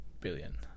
billion